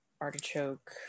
artichoke